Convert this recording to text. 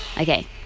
Okay